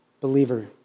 believer